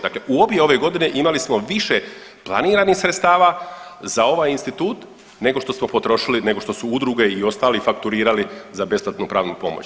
Dakle, u obje ove godine imali smo više planiranih sredstava za ovaj institut nego što smo potrošili nego što su udruge i ostali fakturirali za besplatnu pravnu pomoć.